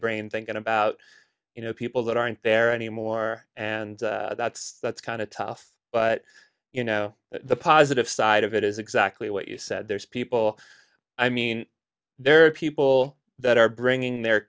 brain thinking about you know people that aren't there anymore and that's that's kind of tough but you know the positive side of it is exactly what you said there's people i mean there are people that are bringing their